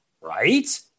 right